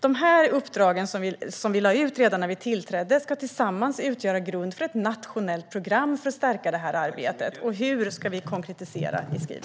De här uppdragen som vi lade ut redan när vi tillträdde ska tillsammans utgöra grund för ett nationellt program för att stärka det här arbetet. Hur det ska gå till ska vi konkretisera i skrivelsen.